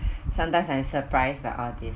sometimes I'm surprised by all these